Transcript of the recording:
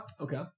Okay